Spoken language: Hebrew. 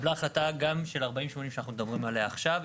התקבלה החלטה 4080 שאנחנו מדברים עליה עכשיו.